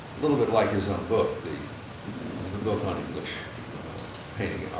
little bit like his own book, the, the book on english painting